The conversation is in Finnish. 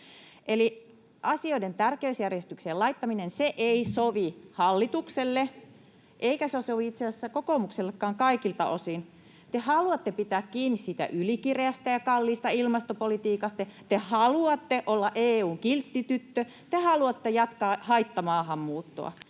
Asioiden tärkeysjärjestykseen laittaminen ei sovi hallitukselle — eikä se sovi itse asiassa kokoomuksellekaan kaikilta osin. Te haluatte pitää kiinni siitä ylikireästä ja kalliista ilmastopolitiikasta. Te haluatte olla EU:n kiltti tyttö. Te haluatte jatkaa haittamaahanmuuttoa.